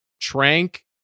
Trank